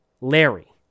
Larry